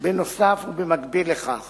בנוסף ובמקביל לכך